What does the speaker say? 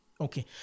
okay